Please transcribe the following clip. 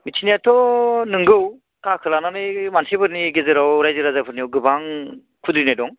बेखिनियाथ' नंगौ काखो लानानै मानसिफोरनि गेजेराव रायजो राजाफोरनियाव गोबां खुद्रिनाय दं